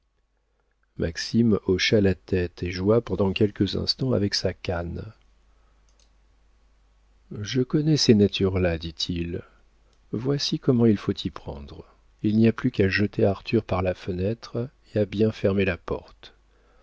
maxime hocha la tête et joua pendant quelques instants avec sa canne je connais ces natures là dit-il voici comment il faut t'y prendre il n'y a plus qu'à jeter arthur par la fenêtre et à bien fermer la porte